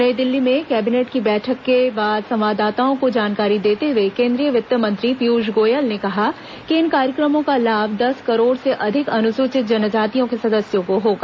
नई दिल्ली में कैबिनेट की बैठक के बाद संवाददाताओं को जानकारी देते हुए केंद्रीय वित्त मंत्री पीयूष गोयल ने कहा कि इन कार्यक्रमों का लाभ दस करोड़ से अधिक अनुसूचित जनजातियों के सदस्यों को होगा